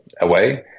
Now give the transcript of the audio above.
away